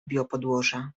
biopodłoża